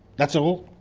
that's all,